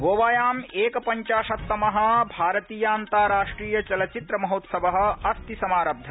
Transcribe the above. गोवायाम् एकपंचाशत्तम भारतीयान्ताराष्ट्रिय चलचित्र महोत्सवत अस्ति समारब्ध